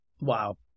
Wow